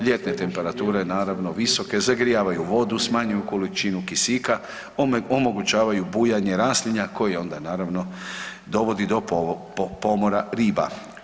Ljetne temperature, naravno visoke, zagrijavaju vodu, smanjuju količinu kisika, omogućavaju bujanje raslinja koje onda naravno dovodi do pomora riba.